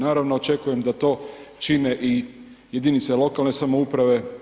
Naravno, očekujem da to čine i jedinice lokalne samouprave.